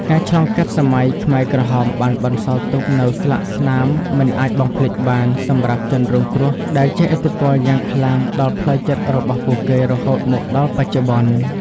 ការឆ្លងកាត់សម័យខ្មែរក្រហមបានបន្សល់ទុកនូវស្លាកស្នាមមិនអាចបំភ្លេចបានសម្រាប់ជនរងគ្រោះ ដែលជះឥទ្ធិពលយ៉ាងខ្លាំងដល់ផ្លូវចិត្តរបស់ពួកគេរហូតមកដល់បច្ចុប្បន្ន។